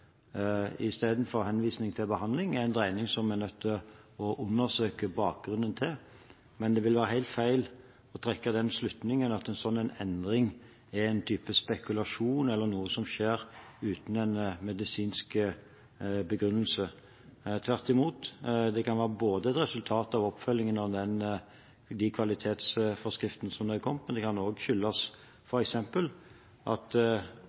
istedenfor henvisning til behandling, er en dreining vi er nødt til å undersøke bakgrunnen for, men det vil være helt feil å trekke den slutningen at en slik endring er en type spekulasjon, eller noe som skjer uten en medisinsk begrunnelse. Tvert imot, det kan være både et resultat av oppfølgingen av den kvalitetsforskriften som nå er kommet, men det kan også skyldes andre ting. Vi ser at